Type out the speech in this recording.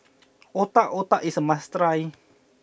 Otak Otak is a must try